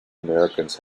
americans